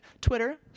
Twitter